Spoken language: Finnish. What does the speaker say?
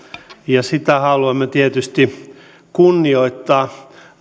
ja sitä haluamme tietysti kunnioittaa